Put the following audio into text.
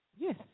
Yes